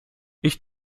ich